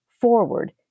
forward